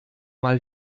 mal